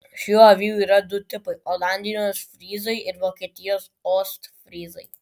šių avių yra du tipai olandijos fryzai ir vokietijos ostfryzai